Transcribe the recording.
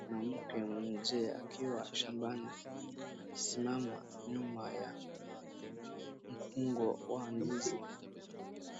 Mwanamke mzee akiwa shambani akisimama nyuma ya mkungo wa ndizi